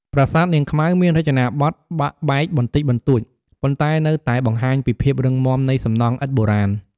ប្រាសាទនាងខ្មៅមានរចនាបថបាក់បែកបន្តិចបន្តួច ប៉ុន្តែនៅតែបង្ហាញពីភាពរឹងមាំនៃសំណង់ឥដ្ឋបុរាណ។